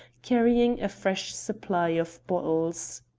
carrying a fresh supply of bottles.